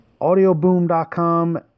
audioboom.com